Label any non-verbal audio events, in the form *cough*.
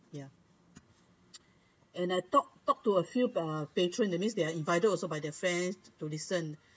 ya *noise* and I talked talked to a few uh patron that means they are invited also by their friends to listen